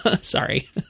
Sorry